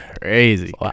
crazy